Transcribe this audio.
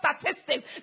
statistics